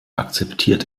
akzeptiert